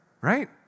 right